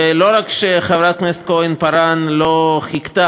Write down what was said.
ולא רק שחברת הכנסת כהן-פארן לא חיכתה